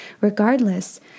Regardless